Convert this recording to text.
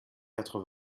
quatre